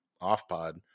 off-pod